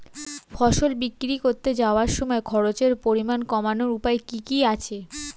ফসল বিক্রি করতে যাওয়ার সময় খরচের পরিমাণ কমানোর উপায় কি কি আছে?